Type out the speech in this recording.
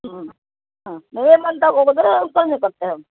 ಹ್ಞೂ ಹ್ಞೂ ನೀವೇ ಬಂದು ತೊಗೊ ಹೋಗುದಾರೆ ಕಮ್ಮಿ ಕೊಡ್ತೇವೆ